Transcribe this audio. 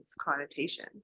connotation